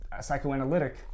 psychoanalytic